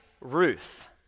Ruth